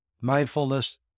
mindfulness